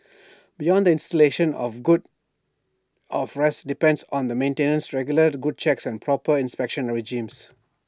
beyond the installation of good of rest depends on the maintenance regular good checks and proper inspection regimes